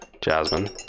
Jasmine